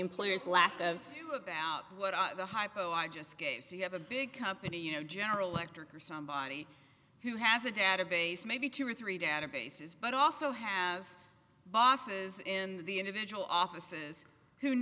employer's lack of about what the hypo i just so you have a big company you know general electric or somebody who has a database maybe two or three databases but also have bosses in the individual offices who